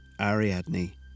Ariadne